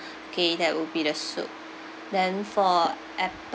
okay that will be the soup then for